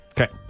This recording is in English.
Okay